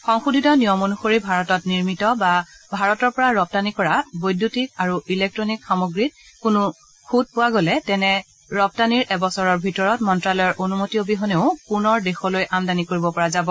সংশোধিত নিয়ম অনুসৰি ভাৰতত নিৰ্মিত বা ভাৰতৰ পৰা ৰপ্তানী কৰা বৈদ্যুতিক আৰু ইলেকট্টনিক সামগ্ৰীত কোনো খুত পোৱা যায় তেন্তে ৰপ্তানিৰ এবছৰৰ ভিতৰত মন্ত্যালয়ৰ অনুমতি অবিহনেও পূনৰ দেশলৈ আমদানী কৰিব পৰা যাব